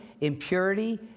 impurity